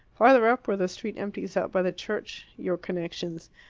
farther up, where the street empties out by the church, your connections,